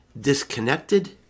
disconnected